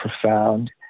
profound